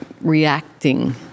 reacting